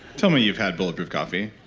tell me you've had bulletproof coffee